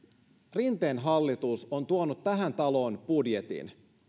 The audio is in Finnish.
rinteen hallitus on tuonut tähän taloon budjetin